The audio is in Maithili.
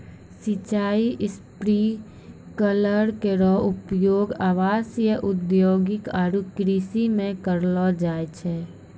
सिंचाई स्प्रिंकलर केरो उपयोग आवासीय, औद्योगिक आरु कृषि म करलो जाय छै